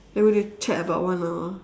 then we need to chat about one hour